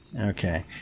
Okay